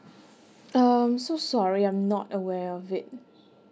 um so sorry I'm not aware of it